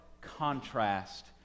contrast